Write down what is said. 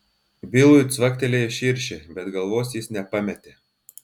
bilui cvaktelėjo širšė bet galvos jis nepametė